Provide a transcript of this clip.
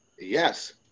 yes